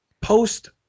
post